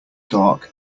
dark